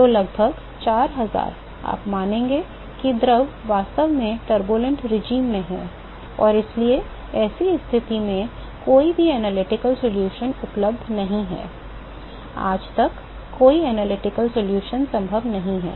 तो लगभग 4000 आप मानेंगे कि द्रव वास्तव में एक अशांत शासन में है और इसलिए ऐसी स्थिति में भी कोई विश्लेषणात्मक समाधान उपलब्ध नहीं है आज तक कोई विश्लेषणात्मक समाधान संभव नहीं है